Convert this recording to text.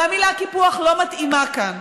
המילה קיפוח לא מתאימה כאן.